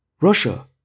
Russia